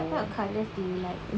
what type of colours do you like